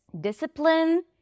discipline